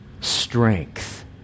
strength